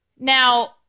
Now